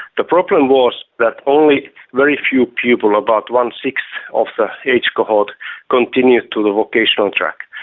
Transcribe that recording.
the problem was that only very few people about one-sixth of the age cohort continued to the vocational track.